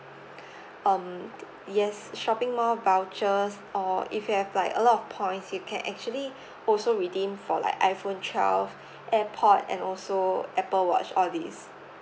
um yes shopping mall vouchers or if you have like a lot of points you can actually also redeem for like iphone twelve airpod and also apple watch all these